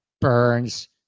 Burns